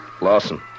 Lawson